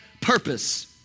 purpose